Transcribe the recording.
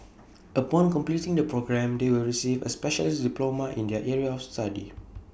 upon completing the programme they will receive A specialist diploma in their area of study